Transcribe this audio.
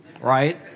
right